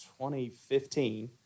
2015